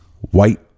White